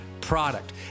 product